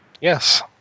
Yes